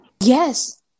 Yes